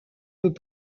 peut